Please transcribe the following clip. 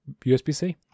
USB-C